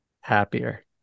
happier